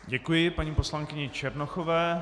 Děkuji paní poslankyni Černochové.